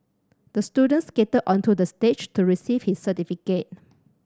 the student skated onto the stage to receive his certificate